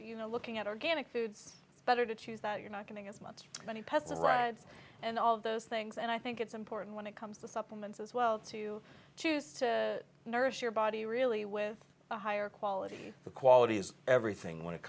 you know looking at organic foods better to choose that you're not getting as much as many pets rights and all of those things and i think it's important when it comes to supplements as well to choose to nourish your body really with a higher quality the quality is everything when it